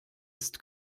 ist